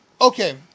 Okay